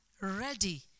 ready